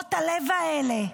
שבורות הלב האלה.